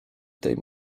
tej